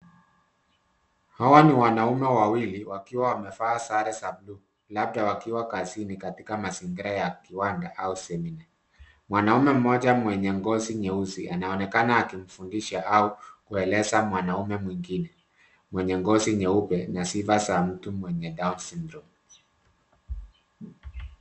Hawa ni wanaume wawili wakiwa wamevaa sare za buluu labda wakiwa kazini katika mazingira ya kiwanda au semina. Mwanaume mmoja mwenye ngozi nyeusi anaonekana akimfundisha au kueleza mwanume mwingine mwenye ngozi nyeupe na sifa za mtu mwenye Down syndrome.